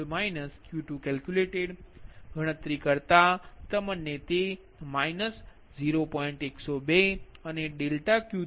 102 અને ∆Q3 0 P3 scheduled P3 calculated 0